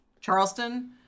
Charleston